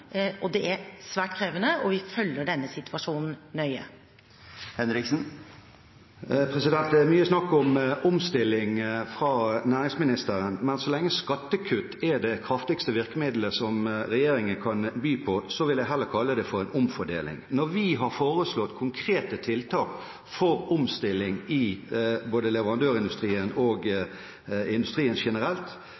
Det er svært krevende, og vi følger denne situasjonen nøye. Det er mye snakk om omstilling fra næringsministeren, men så lenge skattekutt er det kraftigste virkemidlet som regjeringen kan by på, vil jeg heller kalle det for omfordeling. Når vi har foreslått konkrete tiltak for omstilling i både leverandørindustrien og industrien generelt